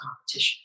competition